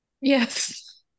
Yes